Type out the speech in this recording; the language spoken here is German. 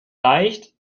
leicht